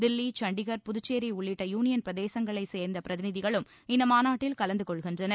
தில்லி சண்டிகர் புதுச்சேரி உள்ளிட்ட யூளியள் பிரதேசங்களைச் சேர்ந்த பிரதிநிதிகளும் இந்த மாநாட்டில் கலந்து கொள்கின்றனர்